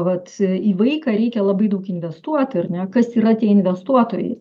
vat į vaiką reikia labai daug investuot ar ne kas yra tie investuotojai